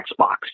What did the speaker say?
Xbox